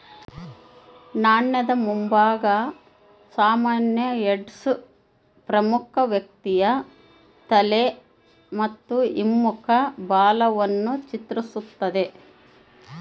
ನಾಣ್ಯದ ಮುಂಭಾಗ ಸಾಮಾನ್ಯ ಹೆಡ್ಸ್ ಪ್ರಮುಖ ವ್ಯಕ್ತಿಯ ತಲೆ ಮತ್ತು ಹಿಮ್ಮುಖ ಬಾಲವನ್ನು ಚಿತ್ರಿಸ್ತತೆ